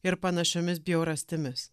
ir panašiomis bjaurastimis